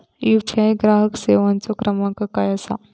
UPI ग्राहक सेवेचो क्रमांक काय असा?